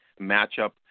matchup